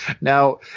Now